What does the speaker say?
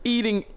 Eating